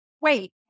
wait